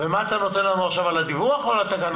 ומה אתה נותן לנו עכשיו, על הדיווח או על התקנות?